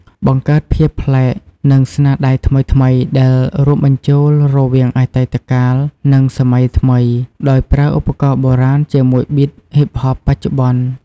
បង្កើតភាពប្លែក និងស្នាដៃថ្មីៗ ដែលរួមបញ្ចូលរវាងអតីតកាល និងសម័យថ្មី ដោយប្រើឧបករណ៍បុរាណជាមួយប៊ីតហ៊ីបហបបច្ចុប្បន្ន។